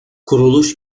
kuruluş